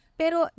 pero